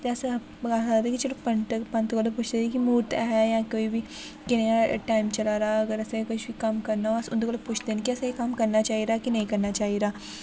ते अस आखदे कि चलो पंत पंत कोला पुच्छी दे कि म्हूरत ऐ जां कोई बी कनेहा टाइम चला दा अगर असें किश कम्म करना होऐ अस उं'दे कोला पुच्छदे न कि असें एह् कम्म करना चाहि्दा कि नेईं करना चाहि्दा